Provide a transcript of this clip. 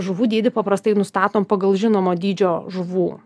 žuvų dydį paprastai nustatom pagal žinomo dydžio žuvų